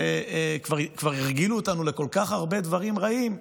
כבר הרגילו אותנו לכל כך הרבה דברים רעים,